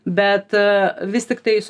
bet a vis tiktai